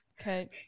Okay